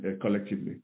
collectively